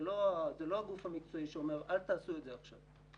זה לא הגוף המקצועי שאומר: אל תעשו את זה עכשיו.